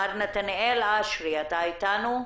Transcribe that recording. מר נתנאל אשרי, אתה איתנו?